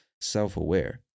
self-aware